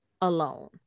alone